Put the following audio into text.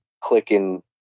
clicking